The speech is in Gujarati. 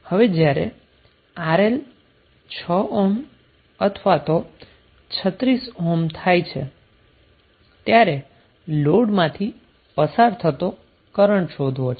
હવે જ્યારે RL 6 ઓહ્મ અથવા તો 36 ઓહ્મ થાય છે ત્યારે લોડ માંથી પસાર થતો કરન્ટ શોધવો છે